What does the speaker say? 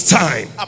time